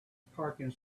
parking